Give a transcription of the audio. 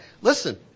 listen